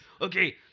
Okay